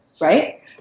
right